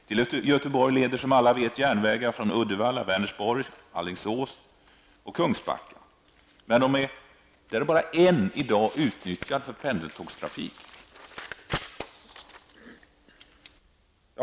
Till Göteborg leder som alla vet järnvägar från Uddevalla, Vänersborg, Alingsås och Kungsbacka, men endast en är i dag utnyttjad för pendeltågstrafik.